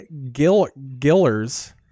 Gillers